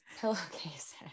pillowcases